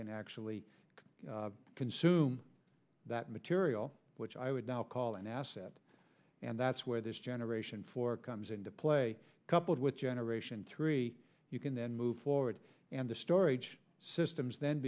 can actually consume that material which i would now call an asset and that's where this generation four comes into play coupled with generation three you can then move forward and the storage systems then